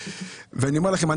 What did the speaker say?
ואני אומר לכם,